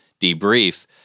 debrief